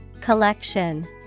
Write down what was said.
Collection